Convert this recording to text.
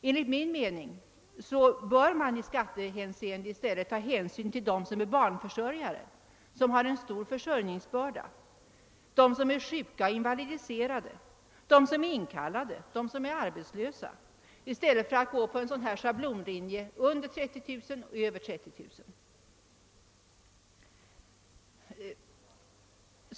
Enligt min mening bör man i skattehänseende ta hänsyn till dem som är barnförsörjare och har en stor försörjningsbörda, till dem som är sjuka och invalidiserade, till dem som är inkallade, till dem som är arbetslösa, i stället för att gå på denna schablonlinje med under 30 000 kr. och över 30 000 kr.